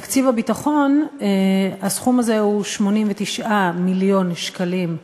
בתקציב הביטחון הסכום הזה הוא 89 מיליון שקלים,